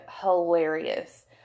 hilarious